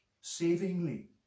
savingly